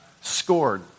scored